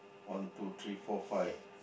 one two three four five